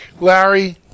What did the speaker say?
Larry